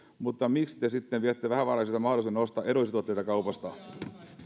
mutta miksi te sitten viette vähävaraisilta mahdollisuuden ostaa edullisia tuotteita kaupasta